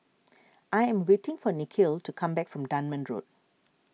I am waiting for Nikhil to come back from Dunman Road